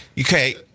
Okay